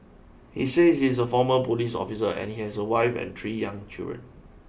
he said he's a former police officer and he has a wife and three young children